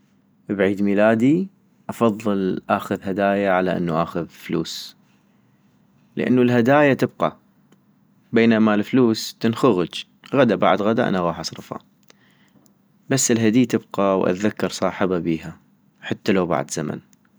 بعيد ميلادي ؟ افضل اخذ هدايا على انو اخذ فلوس - لانو الهدايا تبقى، بينما الفلوس تنخغج غدا بعد غدا انا غاح اصرفا، بس الهدي تبقى واذكر صاحبا بيها، حتى لو بعد زمن